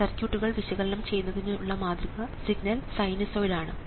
സർക്യൂട്ടുകൾ വിശകലനം ചെയ്യുന്നതിനുള്ള മാതൃക സിഗ്നൽ സൈനുസോയിഡ് ആണ്